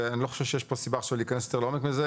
ואני לא חושב שיש פה סיבה עכשיו להיכנס יותר לעומק מזה,